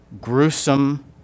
gruesome